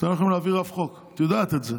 אתם לא יכולים להעביר אף חוק, את יודעת את זה.